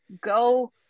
go